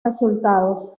resultados